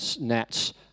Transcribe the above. nets